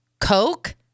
Coke